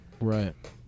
Right